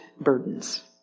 burdens